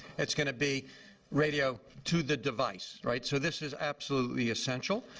it's going to be radio to the device. right? so this is absolutely essential.